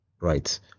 right